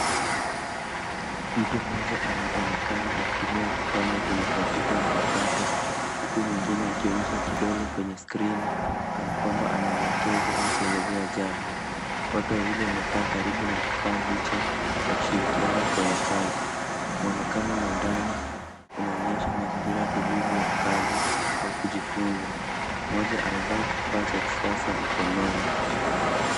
Mtu mmoja anaonekana akitumia kipanya kwenye kompyuta mpakato huku mwingine akionyesha kidole kwenye screen kana kwamba anaelekeza au kuelezea jambo. Watu wawili wamekaa karibu na kifaa hicho wakishirikiana kwenye kazi. Mwonekano wa ndani unaonyesha mazingira tulivu ya kazi au kujifunza. Mmoja amevaa kifaa cha kisasa mkononi.